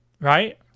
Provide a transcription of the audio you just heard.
right